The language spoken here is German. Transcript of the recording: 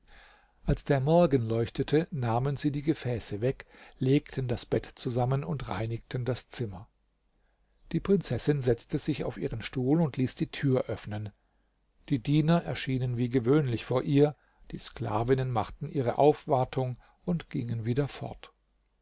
als der morgen leuchtete nahmen sie die gefäße weg legten das bett zusammen und reinigten das zimmer die prinzessin setzte sich auf ihren stuhl und ließ die tür öffnen die diener erschienen wie gewöhnlich vor ihr die sklavinnen machten ihre aufwartung und gingen wieder fort